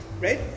right